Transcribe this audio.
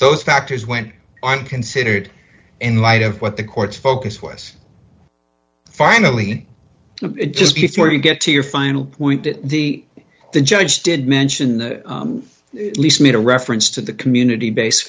those factors went on considered in light of what the courts focus was finally just before you get to your final point that the the judge did mention the least made a reference to the community based